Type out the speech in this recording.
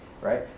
right